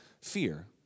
fear